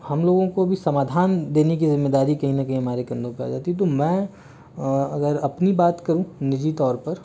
हम लोगों को भी समाधान देने की जिम्मेदारी कहीं ना कहीं हमारे कंधों पर आ जाती है तो मैं अगर अपनी बात करूँ निजी तौर पर